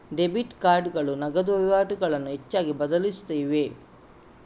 debit ಕಾರ್ಡುಗಳು ನಗದು ವಹಿವಾಟುಗಳನ್ನು ಹೆಚ್ಚಾಗಿ ಬದಲಾಯಿಸಿವೆ